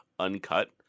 uncut